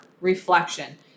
reflection